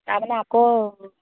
তাৰমানে আকৌ